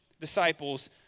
disciples